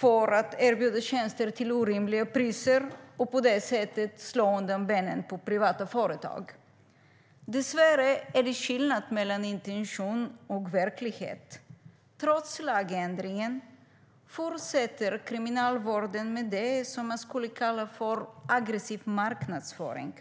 till att erbjuda tjänster till orimliga priser och på det sättet slå undan benen på privata företag. Dessvärre är det skillnad mellan intention och verklighet. Trots lagändringen fortsätter Kriminalvården med vad man skulle kunna kalla aggressiv marknadsföring.